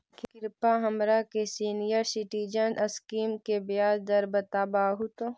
कृपा हमरा के सीनियर सिटीजन स्कीम के ब्याज दर बतावहुं